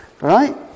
right